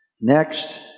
Next